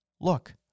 Look